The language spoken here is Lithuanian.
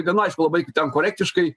gan aišku labai korektiškai